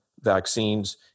Vaccines